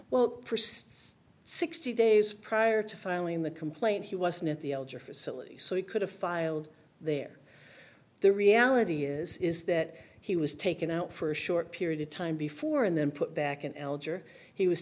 persists sixty days prior to filing the complaint he wasn't at the alger facility so he could have filed there the reality is is that he was taken out for a short period of time before and then put back in alger he was